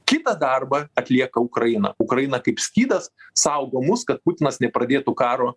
kitą darbą atlieka ukraina ukraina kaip skydas saugo mus kad putinas nepradėtų karo